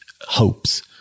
hopes